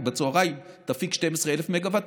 בצוהריים תפיק 12,000 מגה-ואט,